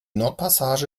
nordpassage